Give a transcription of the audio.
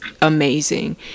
amazing